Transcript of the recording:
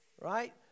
right